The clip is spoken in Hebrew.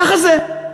ככה זה.